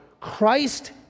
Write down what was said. Christ